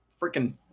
freaking